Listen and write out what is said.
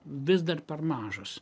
vis dar per mažas